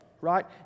right